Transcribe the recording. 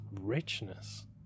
richness